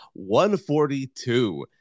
142